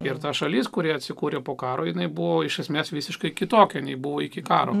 ir ta šalis kuri atsikūrė po karo jinai buvo iš esmės visiškai kitokia nei buvo iki karo